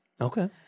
Okay